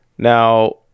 Now